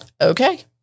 okay